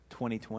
2020